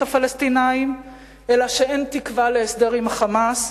הפלסטינים אלא שאין תקווה להסדר עם ה"חמאס"